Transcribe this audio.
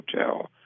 Hotel